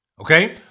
okay